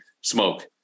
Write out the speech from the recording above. smoke